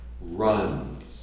runs